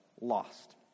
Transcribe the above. lost